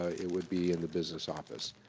ah it would be in the business office.